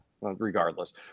Regardless